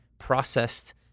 Processed